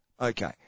Okay